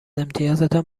امتیازتان